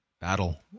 Battle